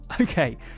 Okay